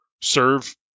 serve